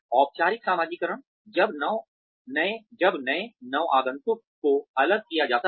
औपचारिक समाजीकरण जब नए नवागंतुकों को अलग किया जाता है